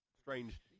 strange